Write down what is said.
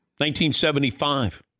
1975